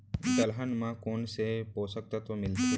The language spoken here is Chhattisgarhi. दलहन म कोन से पोसक तत्व मिलथे?